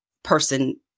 person